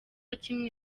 kimwe